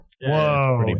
Whoa